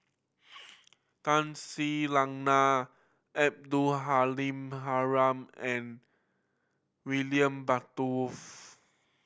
Tun Sri Lanang Abdul Halim Haron and William Butterworth